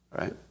right